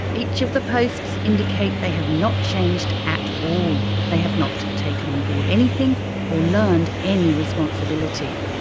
each of the posts indicate they have not changed at all. they have not taken on board anything or learned any responsibility.